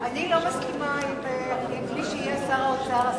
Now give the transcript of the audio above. אני לא מסכימה עם מי שיהיה שר האוצר,